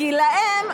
כי להם,